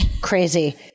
crazy